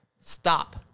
stop